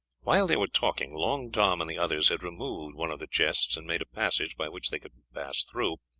while they were talking long tom and the others had removed one of the chests and made a passage by which they could pass through,